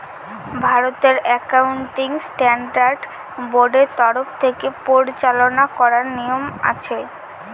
ভারতের accounting standard বোর্ডের তরফ থেকে পরিচালনা করার নিয়ম আছে